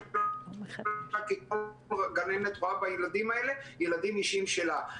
--- כל גננת רואה בילדים האלה ילדים אישיים שלה,